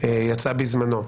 שיצא בזמנו.